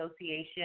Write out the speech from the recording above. Association